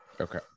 Okay